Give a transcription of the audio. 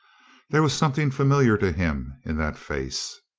there was something familiar to him in that face.